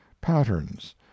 patterns